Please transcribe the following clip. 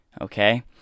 okay